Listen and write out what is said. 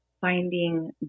finding